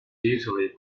easily